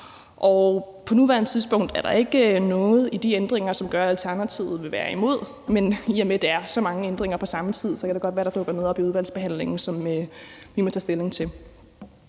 På nuværende tidspunkt er der ikke noget i de ændringer, som gør, at Alternativet vil være imod, men i og med at det er så mange ændringer på samme tid, kan det godt være, at der dukker noget op i udvalgsbehandlingen, som vi må tage stilling til.